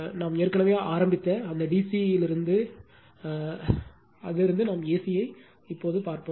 நாம் ஏற்கனவே ஆரம்பித்த அந்த டி சி யிலிருந்து கருத்துலிருந்து ஏசி நாம் பார்ப்போம்